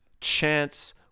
chance